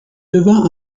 devint